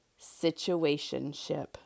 situationship